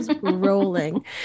rolling